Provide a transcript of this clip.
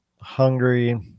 hungry